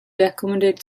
accommodate